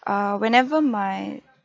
err whenever my